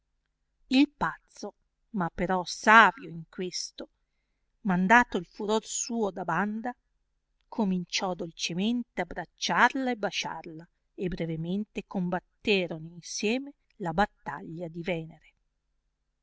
il pazzo ma però savio in questo mandato il furor suo da banda cominciò dolcemente abbracciarla e basciarla e brevemente combatterono insieme la battaglia di venere